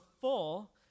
full